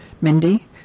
Mindy